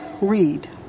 read